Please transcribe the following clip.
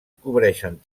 cobreixen